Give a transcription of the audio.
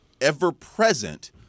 ever-present